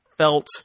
felt